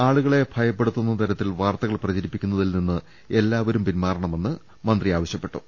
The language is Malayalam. ആളുകളെ ഭയപ്പെടുത്തുന്ന തര ത്തിൽ വാർത്തകൾ പ്രചരിപ്പിക്കുന്നതിൽ നിന്ന് എല്ലാവരും പിന്മാറണമെന്ന് അദ്ദേഹം ആവശൃപ്പെട്ടു